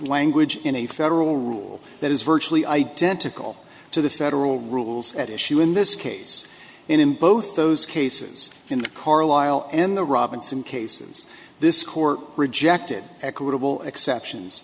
language in a federal rule that is virtually identical to the federal rules at issue in this case and in both those cases in the carlisle and the robinson cases this court rejected equitable exceptions